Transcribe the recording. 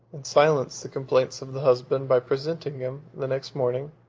and silenced the complaints of the husband by presenting him, the next morning,